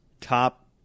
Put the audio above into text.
top –